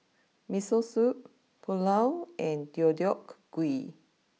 Miso Soup Pulao and Deodeok Gui